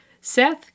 Seth